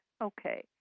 Okay